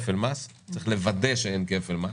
צריך לוודא שאין כפל מס.